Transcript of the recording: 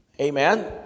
Amen